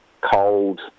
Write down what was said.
cold